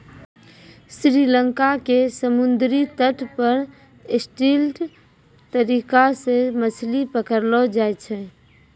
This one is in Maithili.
श्री लंका के समुद्री तट पर स्टिल्ट तरीका सॅ मछली पकड़लो जाय छै